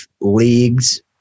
leagues